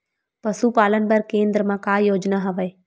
पशुपालन बर केन्द्र म का योजना हवे?